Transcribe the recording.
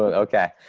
ah okay,